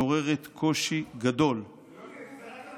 מעוררת קושי גדול -- רק על הממשלה